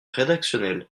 rédactionnel